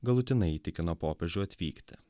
galutinai įtikino popiežių atvykti